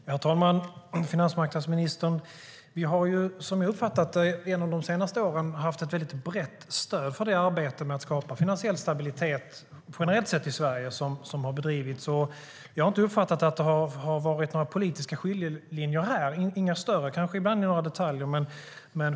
Herr talman! Som jag har uppfattat det, finansmarknadsministern, har vi genom de senaste åren haft ett mycket brett stöd generellt sett i Sverige för det arbete med att skapa finansiell stabilitet som har bedrivits. Jag har inte uppfattat att det har varit några politiska skiljelinjer här, i varje fall inga större fast ibland i några detaljer.